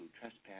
trespass